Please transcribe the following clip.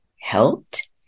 helped